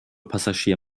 passagier